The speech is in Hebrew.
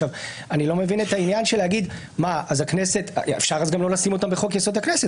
אני לא מבין את העניין להגיד אפשר גם לא לשים אותן בחוק-יסוד: הכנסת.